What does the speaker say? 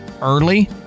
early